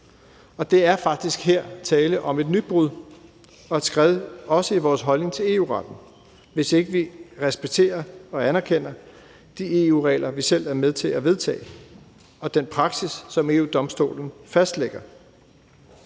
Der er faktisk her tale om et nybrud og et skred også i vores holdning til EU-retten, hvis ikke vi respekterer og anerkender de EU-regler, vi selv er med til at vedtage, og den praksis, som EU-Domstolen fastlægger.